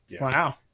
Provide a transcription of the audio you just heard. wow